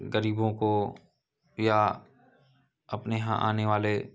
गरीबों को या अपने यहाँ आने वाले